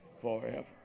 forever